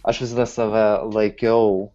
aš visada save laikiau